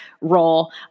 role